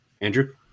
Andrew